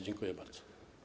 Dziękuję bardzo.